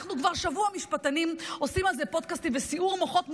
שבוע המשפטנים עושים על זה פודקאסטים וסיעור מוחות,